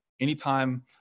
anytime